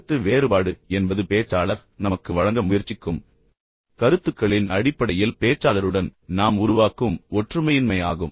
கருத்து வேறுபாடு என்பது பேச்சாளர் நமக்கு வழங்க முயற்சிக்கும் கருத்துக்களின் அடிப்படையில் பேச்சாளருடன் நாம் உருவாக்கும் ஒற்றுமையின்மை ஆகும்